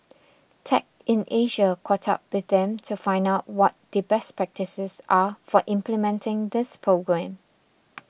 tech in Asia caught up with them to find out what the best practices are for implementing this program